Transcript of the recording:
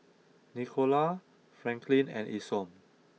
Nicola Franklyn and Isom